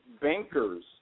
bankers